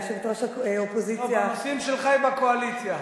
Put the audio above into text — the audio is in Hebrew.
יושבת-ראש האופוזיציה,